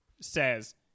says